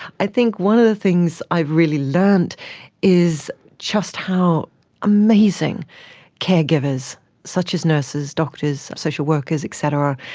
i think one of the things i've really learnt is just how amazing caregivers such as nurses, doctors, social workers et cetera,